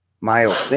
Miles